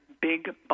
Big